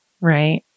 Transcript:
Right